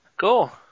Cool